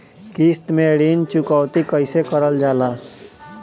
किश्त में ऋण चुकौती कईसे करल जाला?